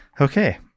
okay